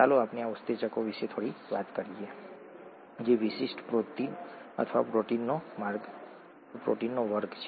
ચાલો આપણે આ ઉત્સેચકો વિશે થોડી વાત કરીએ જે વિશિષ્ટ પ્રોટીન અથવા પ્રોટીનનો વર્ગ છે